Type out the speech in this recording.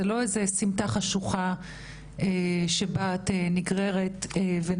זו לא איזו שהיא סמטה חשוכה שבה את נגררת ונאנסת,